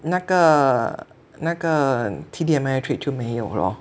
那个那个 T_D Ameritrade 就没有 lor